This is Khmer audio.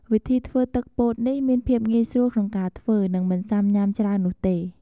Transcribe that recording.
វិធីធ្វើទឹកពោត នេះមានភាពងាយស្រួលក្នុងការធ្វើ និងមិនសាំញ៉ាំច្រើននោះទេ។